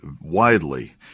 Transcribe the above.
widely